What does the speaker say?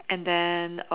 and then